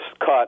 cut